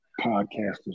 podcasters